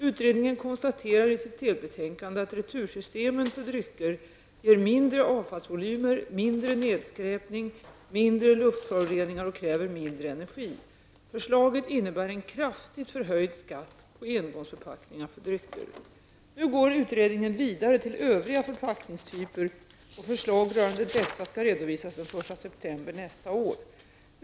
Utredningen konstaterar i sitt delbetänkande att retursystemen för drycker ger mindre avfallsvolymer, mindre nedskräpning, mindre luftföroreningar och kräver mindre energi. Nu går utredningen vidare till övriga förpackningstyper, och förslag rörande dessa skall redovisas den 1 september nästa år.